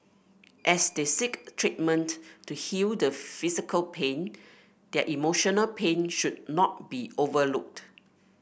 as they seek treatment to heal the physical pain their emotional pain should not be overlooked